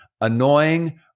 annoying